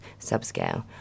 subscale